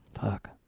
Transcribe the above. Fuck